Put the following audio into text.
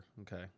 okay